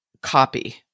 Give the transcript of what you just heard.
copy